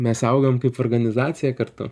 mes augam kaip organizacija kartu